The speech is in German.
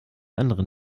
anderen